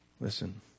Listen